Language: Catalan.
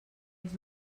ells